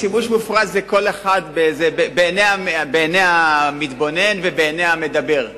שימוש מופרז זה בעיני המתבונן ובעיני המדבר.